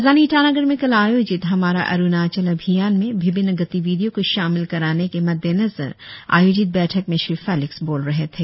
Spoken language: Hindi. राजधानी ईटानगर में कल आयोजित हमारा अरुणाचल अभियान में विभिन्न गतिविधियों को शामिल कराने के मद्देनजर आयोजित बैठक में श्री फेलिक्स बोल रहे थे